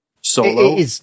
solo